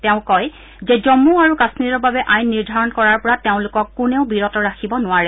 তেওঁ কয় যে জন্মু আৰু কাশ্মীৰৰ বাবে আইন নিৰ্ধাৰণ কৰাৰ পৰা তেওঁলোকক কোনোও বিৰত ৰাখিব নোৱাৰে